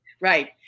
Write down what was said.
right